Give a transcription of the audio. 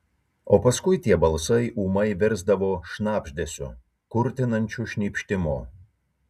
o paskui tie balsai ūmai virsdavo šnabždesiu kurtinančiu šnypštimu